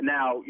Now